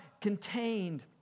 contained